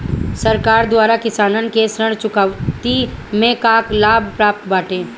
सरकार द्वारा किसानन के ऋण चुकौती में का का लाभ प्राप्त बाटे?